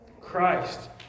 Christ